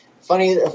Funny